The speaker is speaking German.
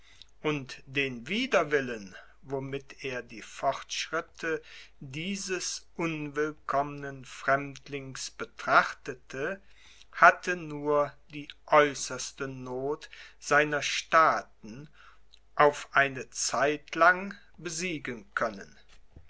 und den widerwillen womit er die fortschritte dieses unwillkommnen fremdlings betrachtete hatte nur die äußerste noth seiner staaten auf eine zeit lang besiegen können